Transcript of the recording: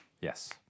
yes